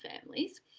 families